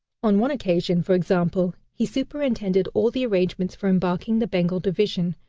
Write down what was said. on one occasion, for example, he superintended all the arrangements for embarking the bengal division,